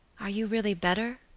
are you really better?